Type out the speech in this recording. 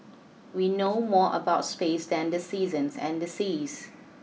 we know more about space than the seasons and the seas